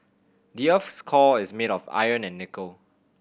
the earth's core is made of iron and nickel